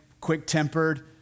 quick-tempered